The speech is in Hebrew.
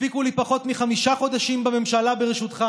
הספיקו לי פחות מחמישה חודשים בממשלה בראשותך